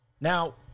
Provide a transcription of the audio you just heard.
Now